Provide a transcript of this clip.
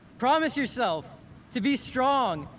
promise yourself to be strong,